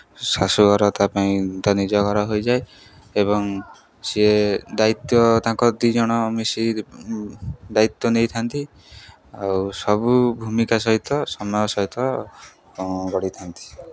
ଶାଶୁଘର ତା ପାଇଁ ତା ନିଜ ଘର ହୋଇଯାଏ ଏବଂ ସେ ଦାୟିତ୍ୱ ତାଙ୍କ ଦୁଇ ଜଣ ମିଶି ଦାୟିତ୍ୱ ନେଇଥାନ୍ତି ଆଉ ସବୁ ଭୂମିକା ସହିତ ସମୟ ସହିତ ଗଢ଼ିଥାନ୍ତି